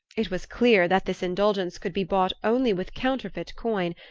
it was clear that this indulgence could be bought only with counterfeit coin,